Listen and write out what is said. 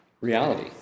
reality